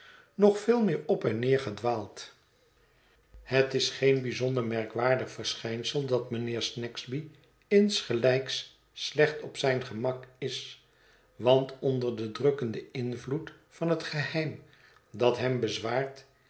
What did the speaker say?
nog veel meer op en neer gedwaald het is geen bijzonder merkwaardig verschijnsel dat mijnheer snagsby insgelijks slecht op zijn gemak is want onder den drukkenden invloed van het geheim dat hem bezwaart